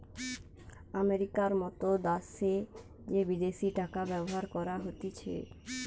আমেরিকার মত দ্যাশে যে বিদেশি টাকা ব্যবহার করা হতিছে